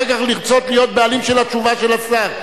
כך לרצות להיות בעלים של התשובה של השר.